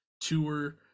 tour